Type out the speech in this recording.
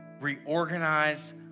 reorganize